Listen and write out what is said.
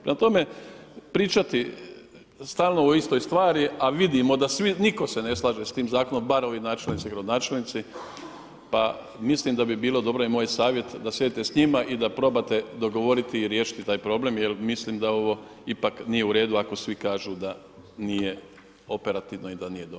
Prema tome, pričati stalno o istoj stvari, a vidimo da niko se ne slaže s tim zakonom bar ovi načelnici, gradonačelnici pa mislim da bi bio dobar i moj savjet da sjednete s njima i da probate dogovoriti i riješiti taj problem jel mislim da ovo ipak nije uredu ako svi kažu da nije operativno i da nije dobro.